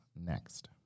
next